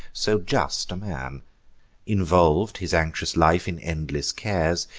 so just a man involv'd his anxious life in endless cares,